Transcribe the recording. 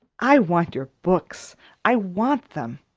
i want your books i want them.